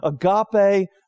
agape